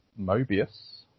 Mobius